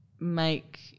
make